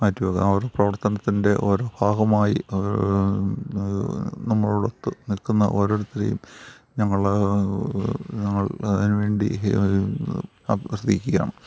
മാറ്റിവെക്കാം ആ ഒരു പ്രവർത്തനത്തിന്റെ ഓരോ ഭാഗമായി അത് നമ്മളോടൊത്ത് നിൽക്കുന്ന ഓരോരുത്തരേയും ഞങ്ങൾ ഞങ്ങൾ അതിന് വേണ്ടി അഭ്യർത്ഥിക്കുകയാണ്